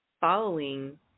following